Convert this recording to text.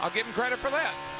ah give him credit for that.